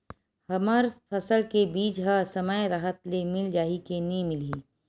हमर फसल के बीज ह समय राहत ले मिल जाही के नी मिलही?